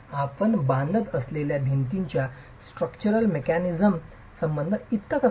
आपण बांधत असलेल्या भिंतीच्या स्ट्रक्चरल मेकॅनिकचा संबंध इतका कसा असेल